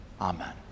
Amen